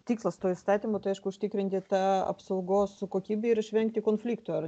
tikslas to įstatymo tai aišku užtikrinti tą apsaugos kokybę ir išvengti konfliktų ar